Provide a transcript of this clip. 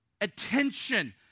attention